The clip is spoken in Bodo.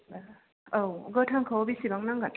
औ गोथांखौ बिसिबां नांगोन